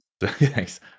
Thanks